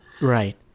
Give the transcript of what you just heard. Right